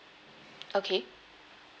okay